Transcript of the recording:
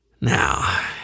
Now